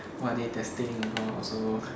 what are they testing about also